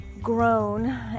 grown